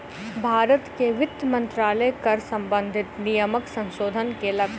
भारत के वित्त मंत्रालय कर सम्बंधित नियमक संशोधन केलक